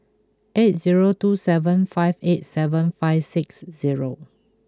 eight zero two seven five eight seven five six zero